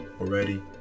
already